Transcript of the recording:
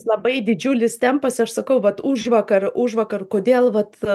labai didžiulis tempas aš sakau vat užvakar užvakar kodėl vat